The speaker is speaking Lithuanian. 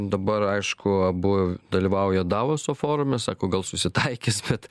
dabar aišku abu dalyvauja davoso forume sako gal susitaikys bet